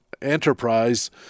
enterprise